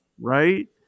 right